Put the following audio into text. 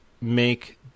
make